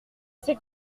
c’est